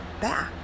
back